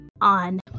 on